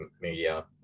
media